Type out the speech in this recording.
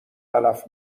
تلف